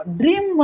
dream